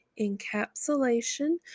encapsulation